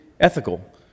ethical